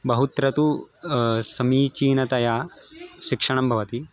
बहुत्र तु समीचीनतया शिक्षणं भवति